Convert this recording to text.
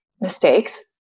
mistakes